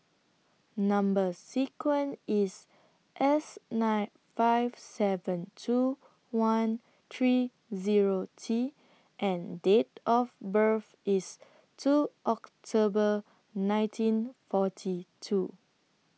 Number sequence IS S nine five seven two one three Zero T and Date of birth IS two October nineteen forty two